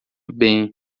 bem